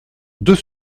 deux